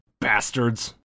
Bastards